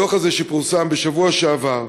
הדוח הזה, שפורסם בשבוע שעבר,